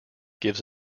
gives